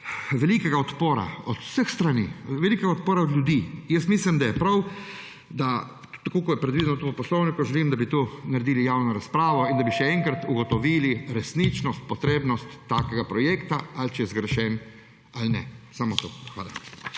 velikega odpora od vseh strani, velikega odpora ljudi, mislim, da je prav, da tako kot je predvideno to v poslovniku, želim, da bi naredili javno razpravo in da bi še enkrat ugotovili resničnost, potrebnost takega projekta: če je zgrešen ali ne. Samo to. Hvala